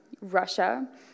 Russia